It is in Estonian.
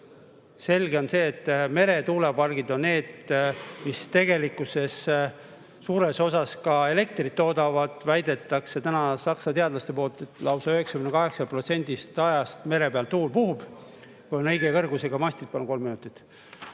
Selge on see, et meretuulepargid on need, mis tegelikkuses suures osas elektrit toodavad. Saksa teadlased väidavad, et lausa 98% ajast mere peal tuul puhub. Kui on õige kõrgusega mastid...Palun kolm minutit.